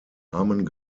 armen